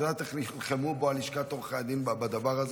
את יודעת איך נלחמו בו לשכת עורכי הדין בדבר הזה?